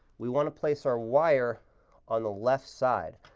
we want to place our wire on the left side.